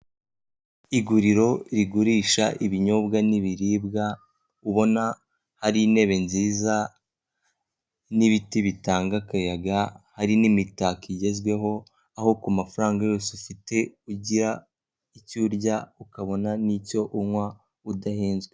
Iguriro rigurisha ibinyobwa n'ibiribwa ubona hari intebe nziza n'ibiti bitanga akayaga hari n'imitako igezweho, aho ku mafaranga yose ufite ugira icyo urya ukabona n'icyo unywa udahenzwe.